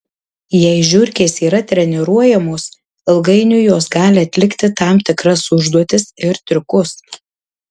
jei žiurkės yra treniruojamos ilgainiui jos gali atlikti tam tikras užduotis ir triukus